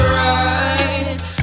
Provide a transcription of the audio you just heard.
right